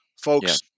folks